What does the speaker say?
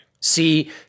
See